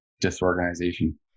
disorganization